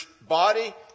body